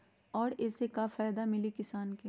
और ये से का फायदा मिली किसान के?